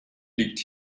liegt